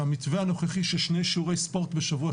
שהמתווה הנוכחי של שני שיעורי ספורט בשבוע,